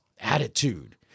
attitude